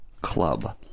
club